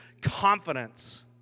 confidence